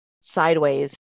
sideways